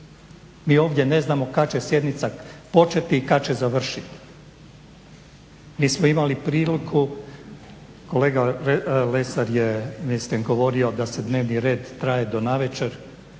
Mi ovdje ne znamo kad će sjednica početi i kad će završiti. Mi smo imali priliku, kolega Lesar je mislim govorio da se dnevni red traje do navečer